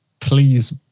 Please